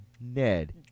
Ned